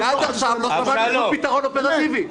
--- עד עכשיו לא שמעתי פה פתרון אופרטיבי.